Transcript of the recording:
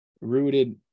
rooted